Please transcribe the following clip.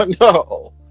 no